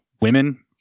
women